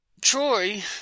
Troy